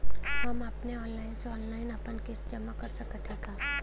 हम अपने मोबाइल से ऑनलाइन आपन किस्त जमा कर सकत हई का?